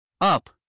UP